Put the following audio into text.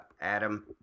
Adam